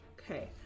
okay